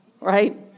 Right